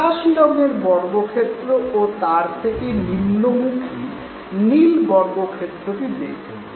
আকাশি রঙের বর্গক্ষেত্র ও তার থেকে নিম্নমুখী নীল বর্গক্ষেত্রটি দেখুন